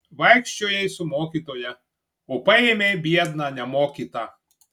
vaikščiojai su mokytoja o paėmei biedną nemokytą